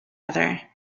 other